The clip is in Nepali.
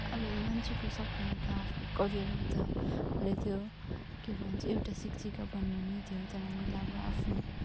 अब मान्छेको सपना त आफ्नो करियर हो त मलाई त्यो के भन्छ एउटा शिक्षिका बन्ने नै थियो तर मैले अब आफ्नो